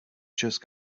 just